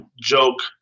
joke